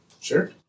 Sure